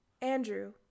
Andrew